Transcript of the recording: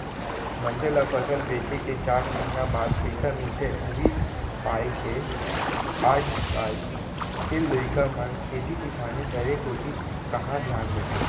मनसे ल फसल बेचे के चार महिना बाद पइसा मिलथे उही पायके आज काल के लइका मन खेती किसानी करे कोती कहॉं धियान देथे